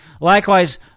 Likewise